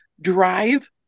drive